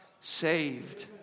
saved